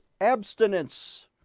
abstinence